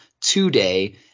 today